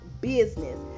business